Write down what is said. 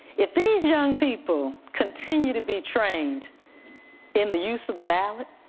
if these young people continue to be trained in the use of the ballot,